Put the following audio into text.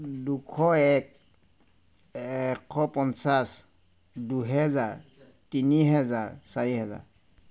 দুশ এক এশ পঞ্চাছ দুহেজাৰ তিনি হেজাৰ চাৰি হেজাৰ